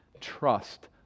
Trust